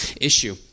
issue